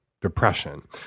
depression